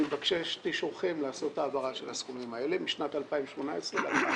מבקש את אישורכם לעשות העברה של הסכומים האלה משנת 2018 לשנת